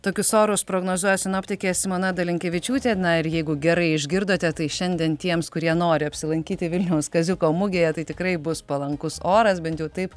tokius orus prognozuoja sinoptikė simona dalinkevičiūtė na ir jeigu gerai išgirdote tai šiandien tiems kurie nori apsilankyti vilniaus kaziuko mugėje tai tikrai bus palankus oras bent jau taip